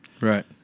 Right